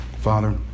Father